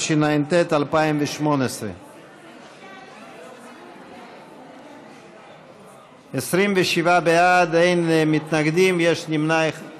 התשע"ט 2018. ההצעה להעביר את הצעת חוק לתיקון